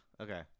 Okay